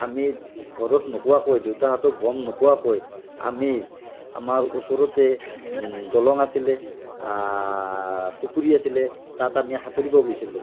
আমি ঘৰত নোকোৱাকৈ দেউতাহঁতে গম নোপোৱাকৈ আমি আমাৰ ওচৰতে দলং আছিলে পুখুৰী আছিলে তাত আমি সাঁতুৰিব গৈছিলোঁ